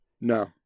no